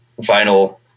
vinyl